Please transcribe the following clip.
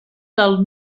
del